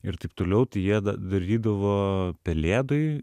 ir taip toliau tai jie da darydavo pelėdoj